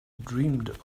dreamed